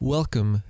Welcome